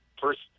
first